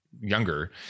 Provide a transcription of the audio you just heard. younger